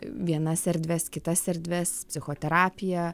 vienas erdves kitas erdves psichoterapiją